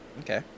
okay